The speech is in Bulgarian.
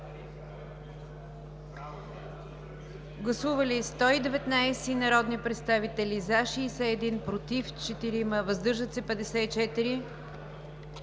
Гласували 119 народни представители: за 61, против 4, въздържали се 54.